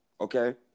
Okay